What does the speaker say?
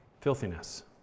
filthiness